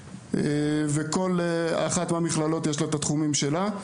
וכל אחת מהמכללות יש לה את התחומים שלה.